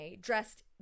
dressed